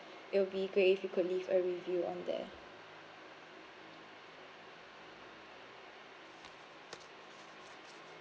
it would be great if you could leave a review on there